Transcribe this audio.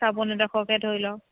চাবোন এডোখৰকে ধৰি লওক